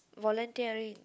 voluntary